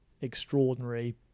extraordinary